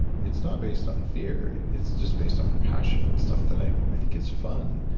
it's not based on fear. it's it's just based on passion, and stuff that i i think it's fun.